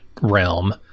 realm